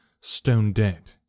stone-dead